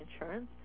insurance